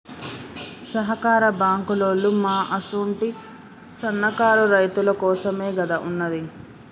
సహకార బాంకులోల్లు మా అసుంటి సన్నకారు రైతులకోసమేగదా ఉన్నది